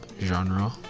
genre